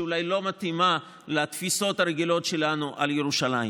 שאולי לא מתאימה לתפיסות הרגילות שלנו על ירושלים.